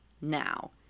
now